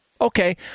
Okay